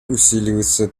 усиливается